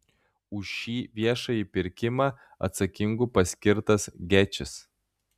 už šį viešąjį pirkimą atsakingu paskirtas gečis